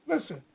listen